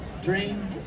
dream